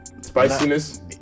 spiciness